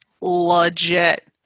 legit